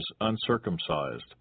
uncircumcised